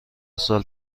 سال